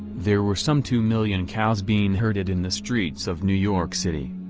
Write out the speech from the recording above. there were some two million cows being herded in the streets of new york city.